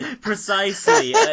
precisely